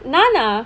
நானா:naanaa